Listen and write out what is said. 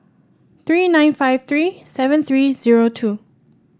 three nine five three seven three zero two